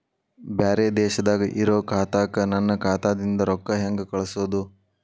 ಬ್ಯಾರೆ ದೇಶದಾಗ ಇರೋ ಖಾತಾಕ್ಕ ನನ್ನ ಖಾತಾದಿಂದ ರೊಕ್ಕ ಹೆಂಗ್ ಕಳಸೋದು?